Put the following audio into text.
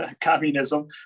communism